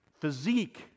physique